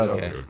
Okay